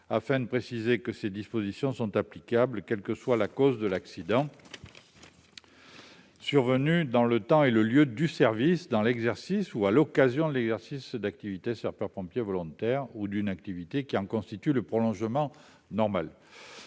afin de préciser que ces dispositions sont applicables, quelle que soit la cause de l'accident survenu dans le temps et le lieu du service, dans l'exercice ou à l'occasion de l'exercice de l'activité de sapeur-pompier volontaire ou d'une activité qui en constitue le prolongement normal.